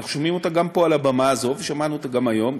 ואנחנו שומעים אותה גם פה על הבמה הזאת ושמענו אותה גם היום,